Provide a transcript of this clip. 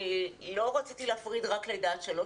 לא רציתי להפריד רק לידה עד שלוש,